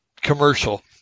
commercial